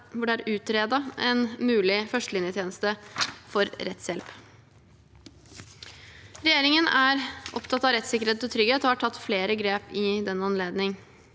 hvor det er utredet en mulig førstelinjetjeneste for rettshjelp. Regjeringen er opptatt av rettssikkerhet og trygghet og har tatt flere grep i den anledning.